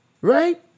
right